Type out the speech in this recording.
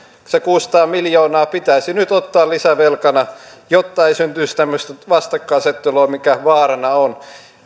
kuusisataa miljoonaa pitäisi nyt ottaa lisävelkana jotta ei syntyisi tämmöistä vastakkainasettelua mikä vaarana on